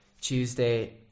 Tuesday